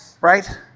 Right